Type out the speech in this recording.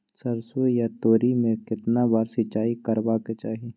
सरसो या तोरी में केतना बार सिंचाई करबा के चाही?